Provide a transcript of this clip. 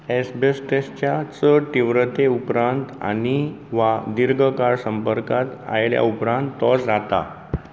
एस्बेस्टसाच्या चड तीव्रते उपरांत आनी वा दिर्घकाळ संपर्कांत आयल्या उपरांत तो जाता